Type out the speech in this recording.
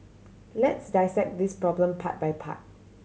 let's dissect this problem part by part